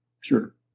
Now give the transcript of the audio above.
Sure